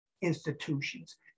institutions